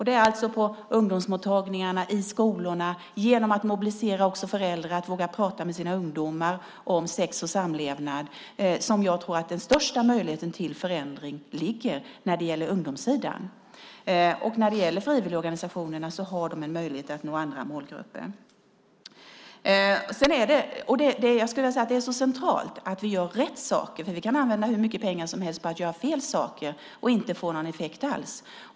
Det är alltså på ungdomsmottagningarna, i skolorna och genom att mobilisera föräldrar att våga prata med sina ungdomar om sex och samlevnad som jag tror att den största möjligheten till förändring ligger på ungdomssidan. Frivilligorganisationerna har också en möjlighet att nå andra målgrupper. Det är så centralt att vi gör rätt saker. Vi kan använda hur mycket pengar som helst på att göra fel saker och inte få någon effekt alls.